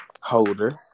Holder